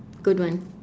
good one